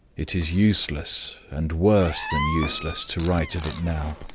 it is useless, and worse than useless, to write of it now.